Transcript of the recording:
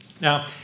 Now